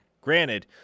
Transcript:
granted